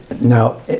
Now